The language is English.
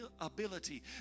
ability